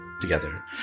together